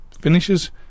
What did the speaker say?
finishes